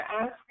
Ask